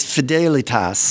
Fidelitas